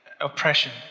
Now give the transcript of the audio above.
oppression